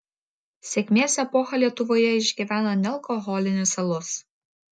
sėkmės epochą lietuvoje išgyvena nealkoholinis alus